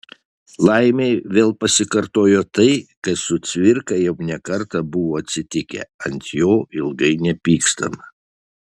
laimei vėl pasikartojo tai kas su cvirka jau ne kartą buvo atsitikę ant jo ilgai nepykstama